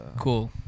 Cool